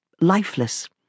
lifeless